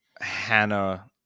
Hannah